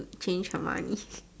change Hermione